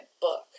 book